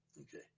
Okay